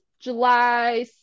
July